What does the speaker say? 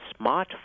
smartphone